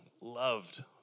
loved